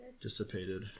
Dissipated